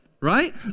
right